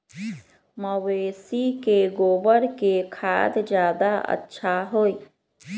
मवेसी के गोबर के खाद ज्यादा अच्छा होई?